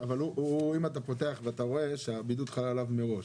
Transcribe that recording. אבל אם אתה פותח ואתה רואה שהבידוד חל עליו מראש,